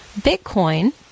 bitcoin